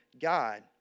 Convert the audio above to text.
God